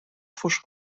pfusch